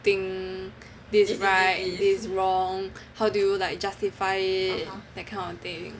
think this is right this is wrong how do you like justify it that kind of thing